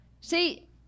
See